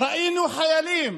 ראינו חיילים